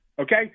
Okay